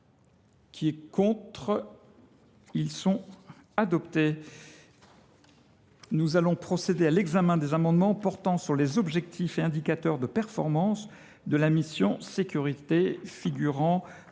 par la conférence des présidents. Nous allons procéder à l’examen des amendements portant sur les objectifs et indicateurs de performance de la mission « Sécurités », figurant